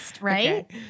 right